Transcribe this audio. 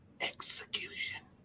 execution